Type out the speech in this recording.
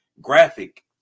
graphic